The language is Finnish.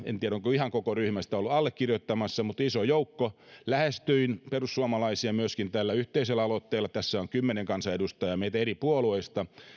en tiedä onko ihan koko perussuomalaisten eduskuntaryhmä sitä ollut allekirjoittamassa mutta iso joukko lähestyin perussuomalaisia myöskin tällä yhteisellä aloitteella meitä on kymmenen kansanedustajaa eri puolueista